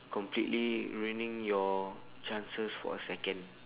completely ruining your chances for a second